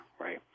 right